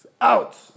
Out